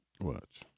Watch